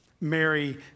Mary